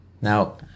Now